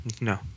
No